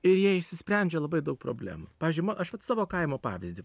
ir jie išsisprendžia labai daug problemų pavyzdžiui ma aš vat savo kaimo pavyzdį